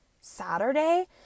Saturday